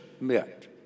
met